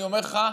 אני אומר לך,